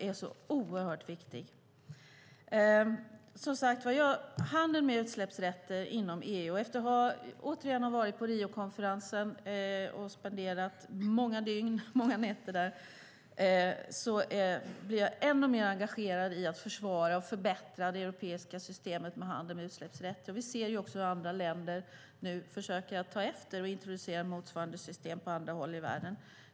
Efter att ha spenderat många dygn på Riokonferensen är jag ännu mer engagerad i att försvara och förbättra det europeiska systemet med handel med utsläppsrätter. Andra länder försöker nu ta efter och introducera motsvarande system på andra håll i världen.